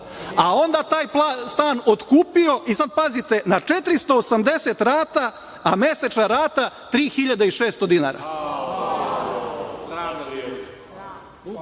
a onda taj stan otkupio, i sad pazite, na 480 rata, mesečna rata 3.600 dinara,